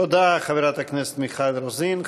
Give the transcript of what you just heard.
תודה, חברת הכנסת מיכל רוזין.